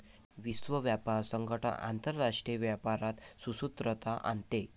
विश्व व्यापार संगठन आंतरराष्ट्रीय व्यापारात सुसूत्रता आणते